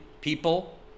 people